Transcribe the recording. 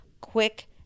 quick